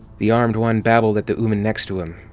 the armed one babbled at the ooman next to him.